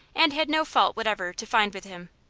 and had no fault whatever to find with him.